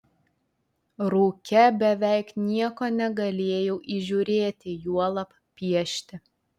rūke beveik nieko negalėjau įžiūrėti juolab piešti